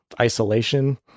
isolation